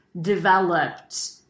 developed